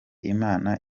imana